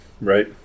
Right